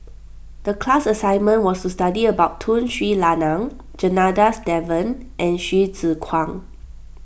the class assignment was to study about Tun Sri Lanang Janadas Devan and Hsu Tse Kwang